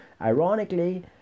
Ironically